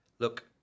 Look